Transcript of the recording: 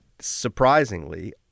surprisingly